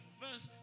first